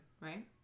right